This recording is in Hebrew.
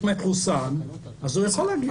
והוא מחוסן, אז הוא יכול להגיע.